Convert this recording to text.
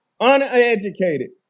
Uneducated